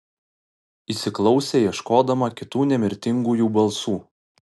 įsiklausė ieškodama kitų nemirtingųjų balsų